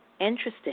Interesting